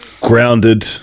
grounded